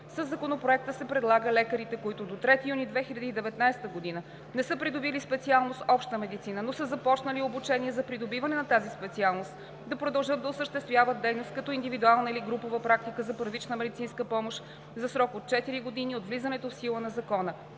Със Законопроекта се предлага лекарите, които до 3 юни 2019 г. не са придобили специалност „Обща медицина“, но са започнали обучение за придобиване на тази специалност, да продължат да осъществяват дейност като индивидуална или групова практика за първична медицинска помощ за срок от четири години от влизането в сила на Закона.